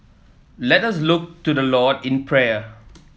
let us look to the Lord in prayer